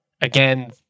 Again